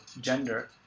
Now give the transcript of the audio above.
gender